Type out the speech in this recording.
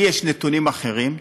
לי יש נתונים אחרים,